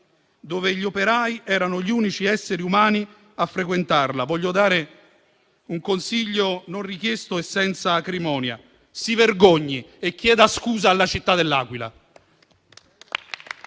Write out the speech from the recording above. che gli operai erano gli unici esseri umani a frequentarla, voglio dare un consiglio non richiesto e senza acrimonia: si vergogni e chieda scusa alla città di L'Aquila.